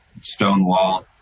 Stonewall